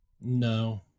No